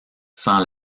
sans